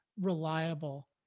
reliable